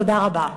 תודה רבה.